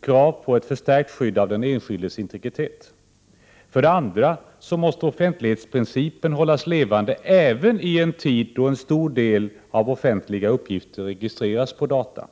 Prot. 1988/89:91 krav på ett förstärkt skydd av den enskildes integritet. 6 april 1989 För det andra måste offentlighetsprincipen hållas levande även i en tid då en stor del av offentliga uppgifter registreras på datamedier.